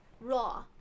raw